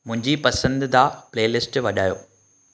मुंहिंजी पसंदीदा प्लेलिस्टु वॼायो